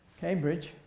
Cambridge